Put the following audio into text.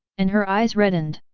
and her eyes reddened.